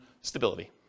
stability